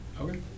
Okay